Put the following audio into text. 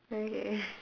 okay